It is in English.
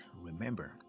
remember